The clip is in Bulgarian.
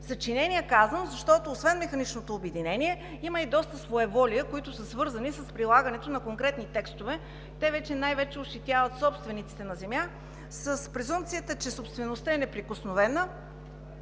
„съчинения“, защото освен механичното обединение има и доста своеволия, свързани с прилагането на конкретни текстове, които най-вече ощетяват собствениците на земя с презумпцията, че собствеността е неприкосновена,